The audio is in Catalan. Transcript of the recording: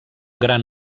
gran